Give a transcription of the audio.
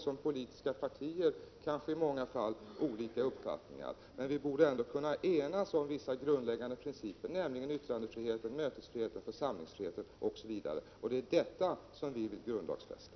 Som politiska partier har vi kanske i många fall olika uppfattningar, men vi borde ändå kunna enas om vissa grundläggande principer, nämligen yttrandefriheten, mötesfriheten, församlingsfriheten osv. Det är detta som vi vill grundlagsfästa.